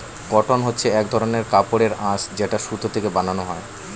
cotton হচ্ছে এক ধরনের কাপড়ের আঁশ যেটা সুতো থেকে বানানো হয়